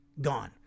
Gone